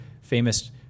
famous